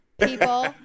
people